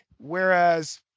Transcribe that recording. Whereas